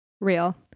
Real